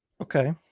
Okay